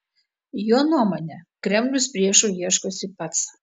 jo nuomone kremlius priešų ieškosi pats